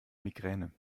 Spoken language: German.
migräne